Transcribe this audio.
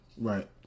Right